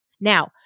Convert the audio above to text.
Now